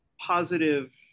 positive